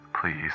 Please